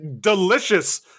delicious